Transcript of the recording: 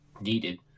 needed